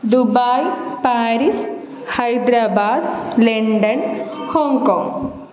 Dubai Paris Hyderabad London Hong Kong